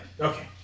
Okay